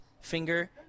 finger